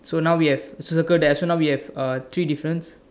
so now we have circle that ah so now we have uh three difference